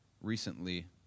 recently